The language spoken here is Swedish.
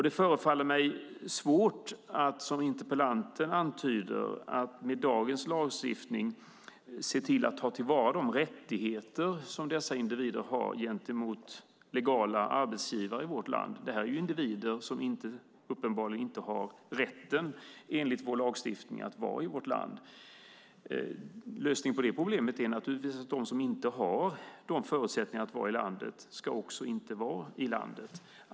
Det förefaller mig svårt att, som interpellanten antyder, med dagens lagstiftning ta till vara de rättigheter som dessa individer har gentemot legala arbetsgivare i vårt land. Det är ju individer som enligt vår lagstiftning uppenbarligen inte har rätt att vara i landet. Lösningen på det problemet är naturligtvis att de som inte har dessa förutsättningar att vara i landet inte heller ska vara det.